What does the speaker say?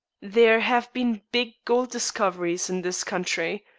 there have been big gold discoveries in this country.